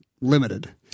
limited